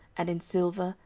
and in silver,